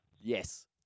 Yes